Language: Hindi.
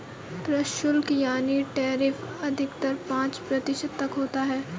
प्रशुल्क यानी टैरिफ अधिकतर पांच प्रतिशत तक होता है